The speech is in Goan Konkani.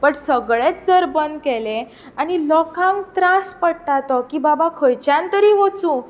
बट सगळेंच जर बंद केलें आनी लोकांक त्रास पडटा तो की बाबा खंयच्यान तरी वचूं